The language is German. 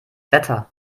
wetter